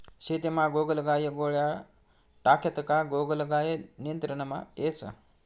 शेतीमा गोगलगाय गोळ्या टाक्यात का गोगलगाय नियंत्रणमा येस